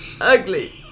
Ugly